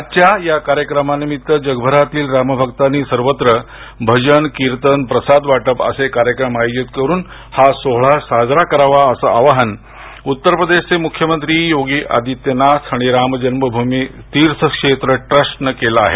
आजच्या या कार्यक्रमानिमित्त जगभरातील राम भक्तांनी सर्वत्र भजन कीर्तन प्रसाद वाटप असे कार्यक्रम आयोजित करून हा सोहोळा साजरा करावा असं आवाहन उत्तर प्रदेशचे मुख्यमंत्री योगी आदित्यनाथ आणि रामजन्म भूमी तीर्थक्षेत्र ट्रस्टने केलं आहे